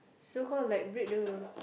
so call like break the rule